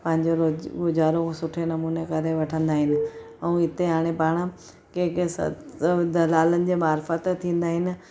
पंहिंजो रोज़ जो गुज़ारो सुठे नमूने करे वठंदा आहिनि ऐं हिते हाणे पाण कंहिंखे सत दलालनि जे मारफत थींदा आहिनि